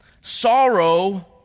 Sorrow